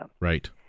Right